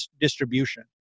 distribution